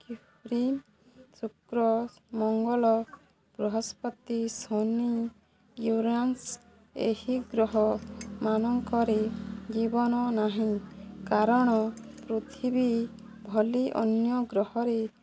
ଶୁକ୍ର ମଙ୍ଗଲ ବୃହସ୍ପତି ଶନି ୟୁରାନ୍ସ ଏହି ଗ୍ରହ ମାନଙ୍କରେ ଜୀବନ ନାହିଁ କାରଣ ପୃଥିବୀ ଭଲି ଅନ୍ୟ ଗ୍ରହରେ